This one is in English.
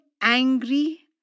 angry